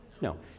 No